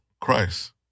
Christ